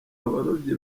abarobyi